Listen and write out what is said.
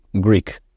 Greek